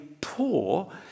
poor